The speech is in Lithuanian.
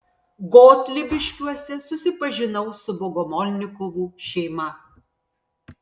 gotlybiškiuose susipažinau su bogomolnikovų šeima